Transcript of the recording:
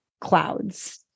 clouds